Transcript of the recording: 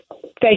Thank